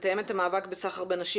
מתאמת המאבק בסחר בנשים,